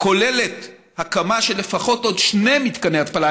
שכוללת הקמה של לפחות עוד שני מתקני התפלה,